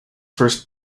first